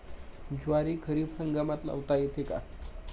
ज्वारी खरीप हंगामात लावता येते का?